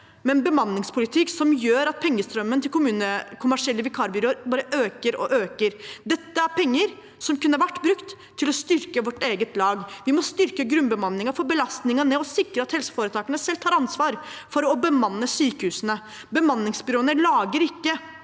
en bemanningspolitikk som gjør at pengestrømmen til kommersielle vikarbyråer bare øker og øker. Dette er penger som kunne vært brukt til å styrke vårt eget lag. Vi må styrke grunnbemanningen, få belastningen ned og sikre at helseforetakene selv tar ansvar for å bemanne sykehusene. Bemanningsbyråene lager ikke